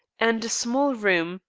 and a small room,